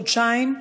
חודשיים,